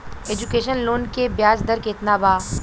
Education loan के ब्याज दर केतना बा?